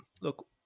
Look